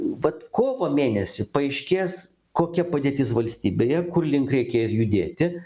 vat kovo mėnesį paaiškės kokia padėtis valstybėje kur link reikia judėti